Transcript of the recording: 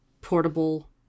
portable